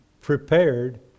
prepared